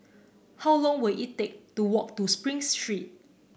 how long will it take to walk to Spring Street